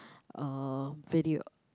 uh video